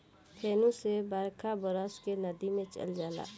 फेनू से बरखा बरस के नदी मे चल जाला